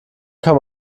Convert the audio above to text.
kann